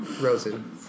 Rosen